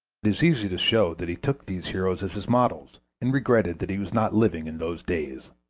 is easy to show that he took these heroes as his models, and regretted that he was not living in those days.